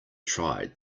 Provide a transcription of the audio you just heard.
tried